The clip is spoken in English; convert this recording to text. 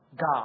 God